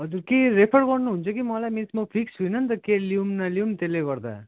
हजुर के रेफर गर्नुहुन्छ कि मलाई मिस म फिक्स छुइनँ नि त के लिउँ नलिउँ त्यसले गर्दा